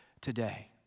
today